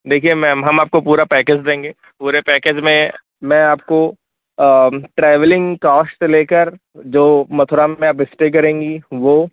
देखिए मैंम हम आपको पूरा पैकेज देंगे पैकेज में मैं आपको ट्रैवलिंग कास्ट से लेकर जो मथुरा में आप स्टे करेंगी वो